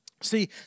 See